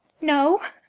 no?